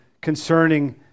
concerning